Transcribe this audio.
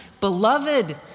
Beloved